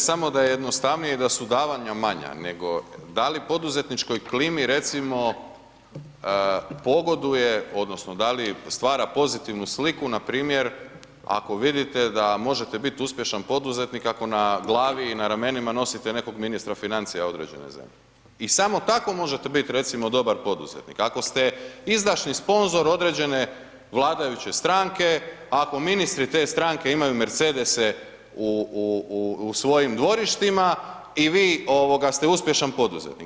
Ne samo da je jednostavnije i da su davanja manja, nego da li poduzetničkoj klimi recimo pogoduje odnosno da li stvara pozitivnu sliku npr. ako vidite da možete bit uspješan poduzetnik ako na glavi i na ramenima nosite nekog ministra financija određene zemlje i samo tako možete bit recimo dobar poduzetnik ako ste izdašni sponzor određene vladajuće stranke, ako ministri te stranke imaju mercedese u svojim dvorištima i vi ovoga ste uspješan poduzetnik.